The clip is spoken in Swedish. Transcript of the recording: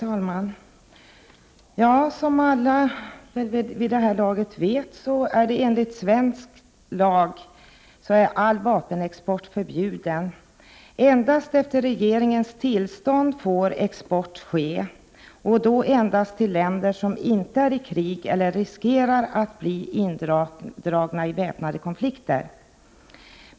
Herr talman! Som alla vid det här laget vet är enligt svensk lag all vapenexport förbjuden. Endast efter regeringens tillstånd får export ske, och då endast till länder som inte är i krig eller riskerar att bli indragna i väpnade konflikter.